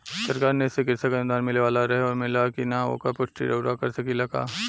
सरकार निधि से कृषक अनुदान मिले वाला रहे और मिलल कि ना ओकर पुष्टि रउवा कर सकी ला का?